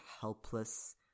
helpless